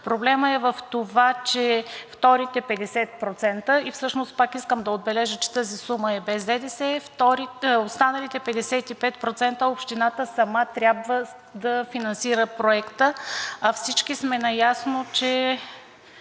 Проблемът е в това, че вторите 50%, и всъщност пак искам да отбележа, че тази сума е без ДДС, с останалите 55% общината сама трябва да финансира проекта, а всички сме наясно, че